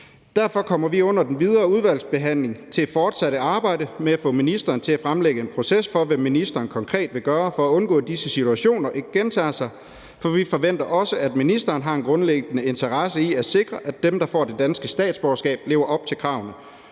Derfor kommer vi under den videre udvalgsbehandling til fortsat at arbejde for at få ministeren til at fremlægge en proces for, hvad ministeren konkret vil gøre for at undgå, at disse situationer ikke gentager sig, for vi forventer også, at ministeren har en grundlæggende interesse i at sikre, at dem, der får det danske statsborgerskab, lever op til kravene.